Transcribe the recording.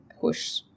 push